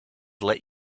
let